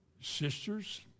sisters